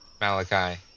Malachi